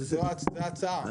זאת ההצעה,